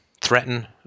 threaten